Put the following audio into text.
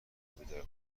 بیدار